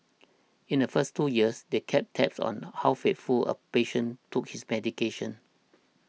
in the first two years they kept tabs on how faithfully a patient took his medication